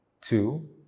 two